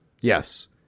Yes